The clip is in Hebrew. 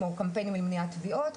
כמו קמפיינים למניעת טביעות,